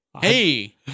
Hey